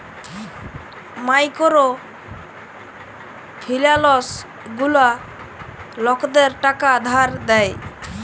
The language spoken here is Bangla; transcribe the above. মাইকোরো ফিলালস গুলা লকদের টাকা ধার দেয়